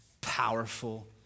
powerful